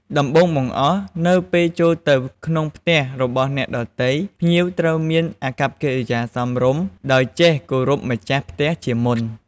ដំបូងបង្អស់ នៅពេលចូលទៅក្នុងផ្ទះរបស់អ្នកដទៃ ភ្ញៀវត្រូវមានអាកប្បកិរិយាសមរម្យ ដោយចេះគោរពម្ចាស់ផ្ទះជាមុន។